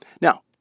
Now